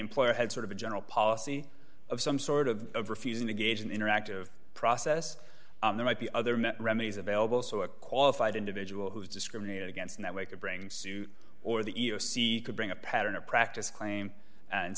employer had sort of a general policy of some sort of refusing to gauge an interactive process there might be other met remedies available so a qualified individual who's discriminated against in that way could bring suit or the e e o c could bring a pattern or practice claim and